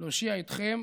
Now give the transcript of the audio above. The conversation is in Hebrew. להושיע אתכם,